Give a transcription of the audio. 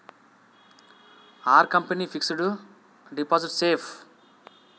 Are company fixed deposit safe?